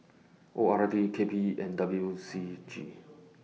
O R D K P E and W C G